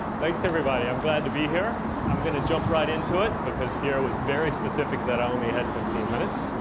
thanks, everybody. i'm glad to be here. i'm going to jump right into it, because sierra was very specific that i only had fifteen minutes.